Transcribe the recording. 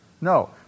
No